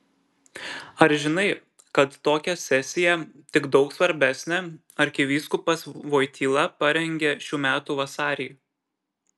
ar žinai kad tokią sesiją tik daug svarbesnę arkivyskupas voityla parengė šių metų vasarį